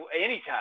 Anytime